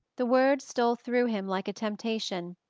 the words stole through him like a temptation,